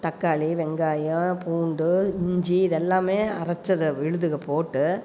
தக்காளி வெங்காயம் பூண்டு இஞ்சி இது எல்லாமே அரச்சதை விழுதுகள் போட்டு